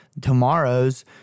tomorrow's